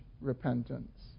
repentance